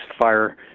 fire